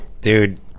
Dude